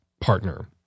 partner